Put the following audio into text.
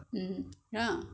mm ya